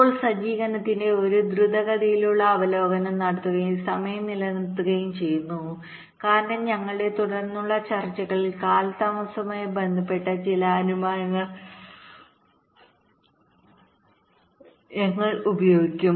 ഇപ്പോൾ സജ്ജീകരണത്തിന്റെ ഒരു ദ്രുതഗതിയിലുള്ള അവലോകനം നടത്തുകയും സമയം നിലനിർത്തുകയും ചെയ്യുക കാരണം ഞങ്ങളുടെ തുടർന്നുള്ള ചർച്ചകളിൽ കാലതാമസവുമായി ബന്ധപ്പെട്ട ചില അനുമാനങ്ങൾ ഞങ്ങൾ ഉപയോഗിക്കും